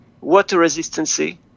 water-resistancy